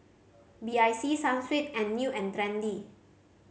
B I C Sunsweet and New and Trendy